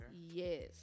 Yes